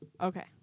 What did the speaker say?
Okay